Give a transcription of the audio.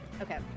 okay